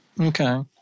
Okay